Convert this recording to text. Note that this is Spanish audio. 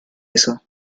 eso